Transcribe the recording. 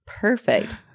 Perfect